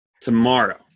tomorrow